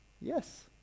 yes